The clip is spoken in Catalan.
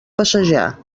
passejar